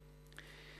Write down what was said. "בטרם".